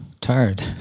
tired